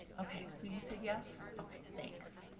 okay, so you said yes, okay, thanks.